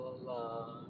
la